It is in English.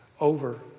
over